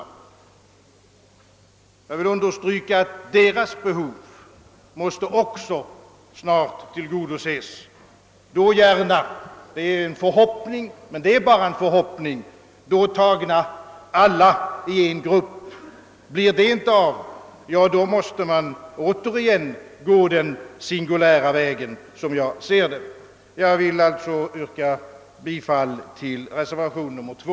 Jag vill understry ka, att deras behov också snart måste tillgodoses, då gärna — det är en förhoppning, men bara en förhoppning — alla tagna i en grupp. Blir det inte av, måste vi återigen gå den singulära vägen. Jag vill alltså yrka bifall till reservation 2.